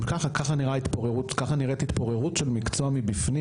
ככה ככה נראית התפוררות של מקצוע מבפנים,